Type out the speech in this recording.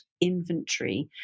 inventory